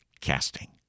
casting